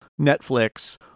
Netflix